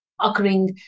occurring